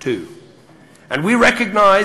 יהודים וערבים,